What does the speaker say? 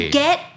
get